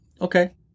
okay